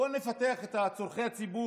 בואו נפתח את החלקה